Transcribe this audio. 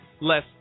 less